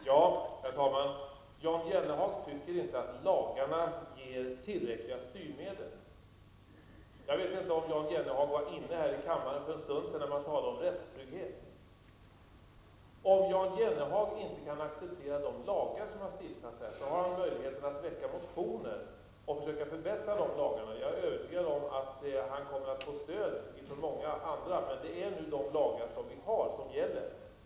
Herr talman! Jan Jennehag tycker inte att lagarna ger tillräckliga styrmedel. Jag vet inte om Jan Jennehag var inne här i kammaren för en stund sedan när man talade om rättstrygghet. Om Jan Jennehag inte kan acceptera de lagar som har stiftats här, har han möjlighet att väcka motioner och försöka förbättra lagarna. Jag är övertygad om att han kommer att få stöd från många andra. Men det är nu de lagar vi har som gäller.